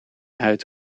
uit